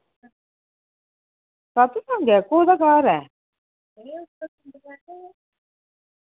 सत्संग ऐ कोह्दा घर